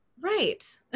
Right